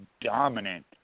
dominant